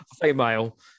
female